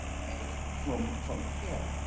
right, from from here.